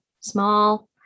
small